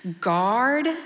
guard